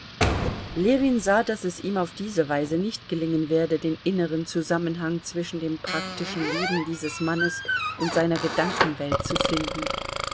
ljewin sah daß es ihm auf diese weise nicht gelingen werde den inneren zusammenhang zwischen dem praktischen leben dieses mannes und seiner gedankenwelt zu finden